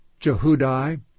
Jehudai